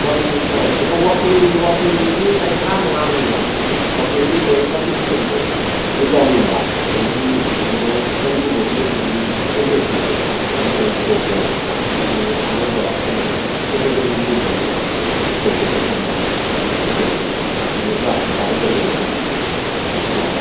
ꯍꯣꯏ ꯑꯩꯅ ꯋꯥꯛꯆꯤꯡ ꯋꯥꯛꯆꯤꯡꯒꯤ ꯑꯩ ꯊꯥ ꯃꯉꯥꯕꯨꯗꯤ ꯋꯥꯠꯂꯤ ꯋꯥꯛꯆꯤꯡꯒꯤ ꯃꯣꯏ ꯀꯣꯝꯄꯤꯇꯤꯁꯟꯗꯨ ꯑꯩꯅ ꯌꯥꯎꯅꯤꯡꯕ ꯑꯗꯨꯒꯤ ꯃꯣꯏ ꯃꯅꯤꯄꯨꯔ ꯕꯣꯗꯤ ꯕꯤꯜꯗꯤꯡꯒꯤ ꯆꯦꯝꯄꯤꯌꯟꯁꯤꯞꯇꯨ ꯑꯗꯨꯁꯨ ꯑꯩ ꯊꯣꯛꯀꯦ ꯑꯗꯨꯒꯤ ꯑꯅꯧꯕ ꯀꯩꯅꯣꯗ ꯀꯦꯇꯤꯒꯣꯔꯤꯒꯤ ꯃꯣꯏꯒꯤꯗꯨꯗ ꯊꯣꯛꯀꯦꯅ ꯈꯟꯕ ꯑꯗꯨꯗꯨꯒꯤꯁꯨ ꯑꯩꯁꯨ ꯑꯗꯨꯒꯤ ꯑꯣꯖꯥꯗꯁꯨ ꯇꯥꯟꯅꯖꯒꯦꯅ ꯍꯣꯏ